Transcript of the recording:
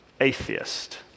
atheist